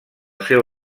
seu